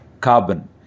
carbon